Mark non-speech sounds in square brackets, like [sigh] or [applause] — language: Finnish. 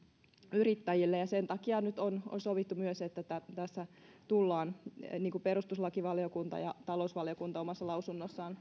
yrittäjille ja sen takia nyt on on sovittu myös että tässä tullaan niin kuin perustuslakivaliokunta omassa lausunnossaan [unintelligible]